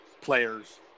players